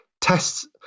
tests